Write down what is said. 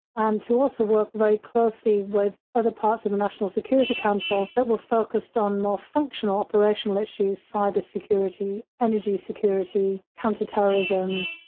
and to also work very closely with other parts of the national security council that were focused on more functional operational issues cyber security, energy, security, counterterrorism,